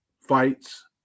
fights